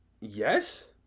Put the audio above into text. Yes